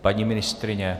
Paní ministryně?